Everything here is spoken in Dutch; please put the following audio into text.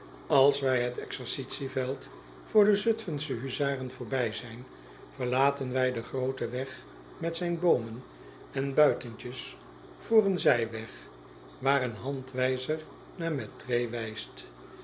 als wij het exercitieveld voor de zutfensche huzaren voorbij zijn verlaten wij den grooten weg met zijn boomen en buitentjes voor een zijweg waar een handwijzer naar mettray wijst